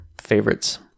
favorites